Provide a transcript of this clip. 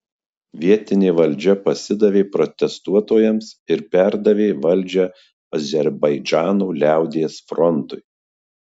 vietinė valdžia pasidavė protestuotojams ir perdavė valdžią azerbaidžano liaudies frontui